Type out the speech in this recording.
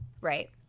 Right